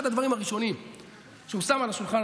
אחד הדברים שהוא שם על השולחן,